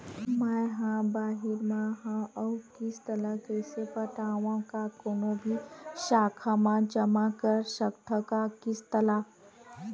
मैं हा बाहिर मा हाव आऊ किस्त ला कइसे पटावव, का कोनो भी शाखा मा जमा कर सकथव का किस्त ला?